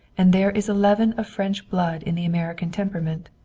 and there is a leaven of french blood in the american temperament,